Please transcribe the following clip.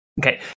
okay